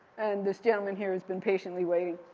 and this gentleman here has been patiently waiting.